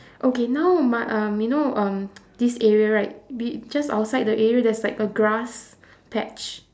okay now my um you know um this area right be just outside the area there's like a grass patch